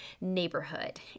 neighborhood